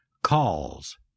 calls